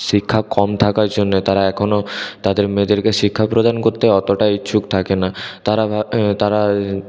শিক্ষা কম থাকার জন্য তারা এখনও তাদের মেয়েদেরকে শিক্ষা প্রদান করতে অতটা ইচ্ছুক থাকে না তারা তারা